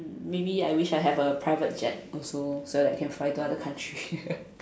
maybe I wish I have a private jet also so that I can fly to other country